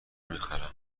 میخرم